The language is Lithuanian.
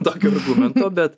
tokiu metu bet